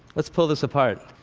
let's pull this apart